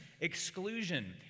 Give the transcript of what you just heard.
exclusion